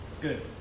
good